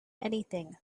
anything